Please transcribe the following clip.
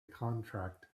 contract